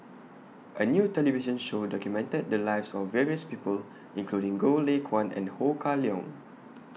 A New television Show documented The Lives of various People including Goh Lay Kuan and Ho Kah Leong